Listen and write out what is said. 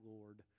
Lord